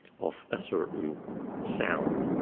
of a certain sound.